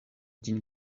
ĝin